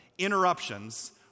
Interruptions